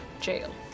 Jail